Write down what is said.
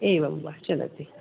एवं वा चलति